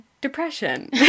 Depression